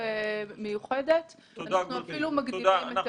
אנחנו מבינים את